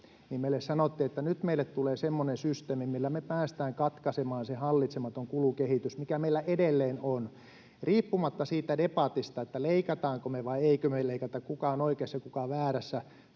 meille sanottiin, että nyt meille tulee semmoinen systeemi, millä me päästään katkaisemaan se hallitsematon kulukehitys, mikä meillä edelleen on. Riippumatta siitä debatista, leikataanko me vai eikö me leikata, kuka on oikeassa ja kuka väärässä,